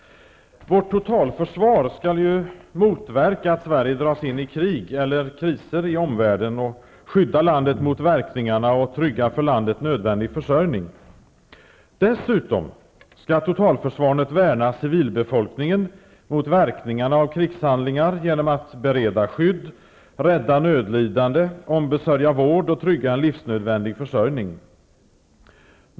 Vårt totalförsvar skall motverka att Sverige dras in i krig eller kriser i omvärlden, skydda landet mot verkningarna i detta sammanhang och trygga för landet nödvändig försörjning. Dessutom skall totalförsvaret värna civilbefolkningen mot verkningarna av krigshandlingar genom att bereda skydd, rädda nödlidande, ombesörja vård och trygga en livsnödvändig försörjning.